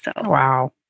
Wow